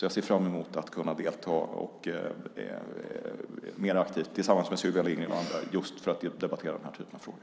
Jag ser fram emot att kunna delta mer aktivt tillsammans med Sylvia Lindgren och andra för att debattera den här typen av frågor.